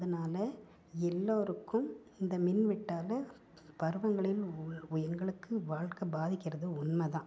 அதனால எல்லோருக்கும் இந்த மின்வெட்டால் பருவங்களின் எங்களுக்கு வாழ்க்கை பாதிக்கிறது உண்மை தான்